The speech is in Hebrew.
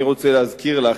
אני רוצה להזכיר לך,